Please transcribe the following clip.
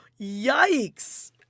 Yikes